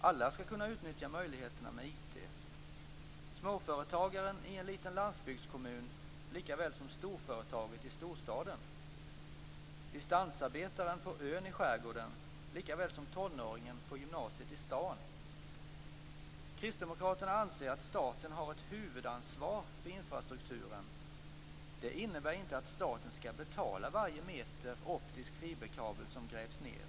Alla skall kunna utnyttja möjligheterna med IT - småföretagaren i en liten landsbygdskommun likaväl som storföretaget i storstaden; distansarbetaren på ön i skärgården likaväl som tonåringen på gymnasiet i stan. Kristdemokraterna anser att staten har ett huvudansvar för infrastrukturen. Det innebär inte att staten skall betala varje meter optisk fiberkabel som grävs ned.